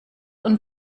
und